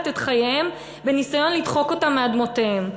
את חייהם בניסיון לדחוק אותם מאדמותיהם.